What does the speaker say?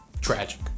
tragic